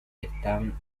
están